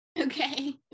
okay